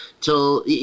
till